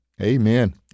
Amen